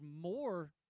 more